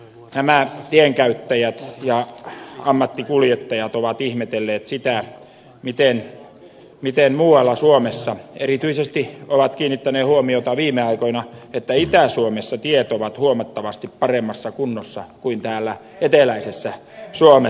nämä tienkäyttäjät ja ammattikuljettajat ovat ihmetelleet sitä miten muualla suomessa erityisesti ovat kiinnittäneet huomiota viime aikoina että itä suomessa tiet ovat huomattavasti paremmassa kunnossa kuin täällä eteläisessä suomessa